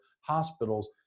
hospitals